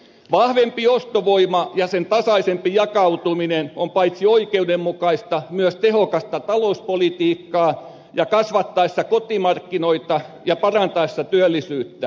vahvempi ostovoima ja sen tasaisempi jakautuminen on paitsi oikeudenmukaista myös tehokasta talouspolitiikkaa sen kasvattaessa kotimarkkinoita ja parantaessa työllisyyttä